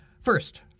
First